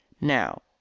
now